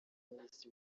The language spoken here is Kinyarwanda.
minisitiri